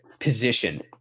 position